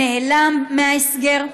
נעלם מההסגר,